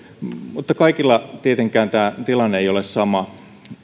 mutta kaikilla tietenkään tämä tilanne ei ole sama